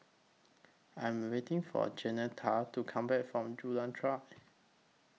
I Am waiting For Jaunita to Come Back from Jalan Turi